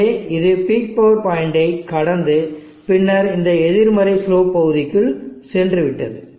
எனவே இது peak power point ஐ கடந்து பின்னர் இந்த எதிர்மறை ஸ்லோப் பகுதிக்குள் சென்றுவிட்டது